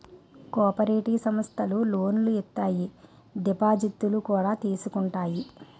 cooperative సమస్థలు లోనులు ఇత్తాయి దిపాజిత్తులు కూడా తీసుకుంటాయి